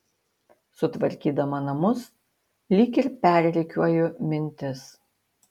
sutvarkydama namus lyg ir perrikiuoju mintis